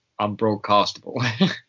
unbroadcastable